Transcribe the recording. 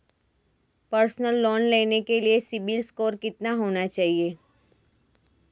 Personal loan लेने के लिए सिबिल स्कोर कितना होना चाहिए?